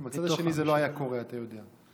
בצד השני זה לא היה קורה, אתה יודע.